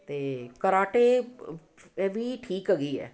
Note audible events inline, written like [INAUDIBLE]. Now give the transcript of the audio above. ਅਤੇ ਕਰਾਟੇ [UNINTELLIGIBLE] ਇਹ ਵੀ ਠੀਕ ਹੈਗੀ ਹੈ